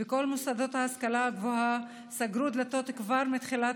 וכל מוסדות ההשכלה הגבוהה סגרו דלתות כבר מתחילת